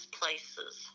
places